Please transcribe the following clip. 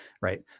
right